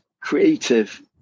creative